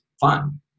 fun